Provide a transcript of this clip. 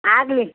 ಆಗಲಿ